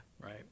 right